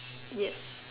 Yes